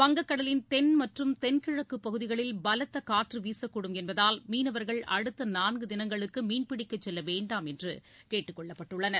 வங்கக் கடலின் தென் மற்றும் தெள்கிழக்கு பகுதிகளில் பலத்த காற்று வீசக்கூடும் என்பதால் மீனவர்கள் அடுத்த நான்கு தினங்களுக்கு மீன்பிடிக்கச் செல்ல வேண்டாம் என்ற கேட்டுக் கொள்ளப்பட்டுள்ளனர்